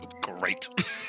Great